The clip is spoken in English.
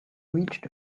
reached